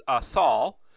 Saul